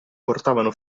portavano